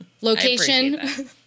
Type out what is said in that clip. Location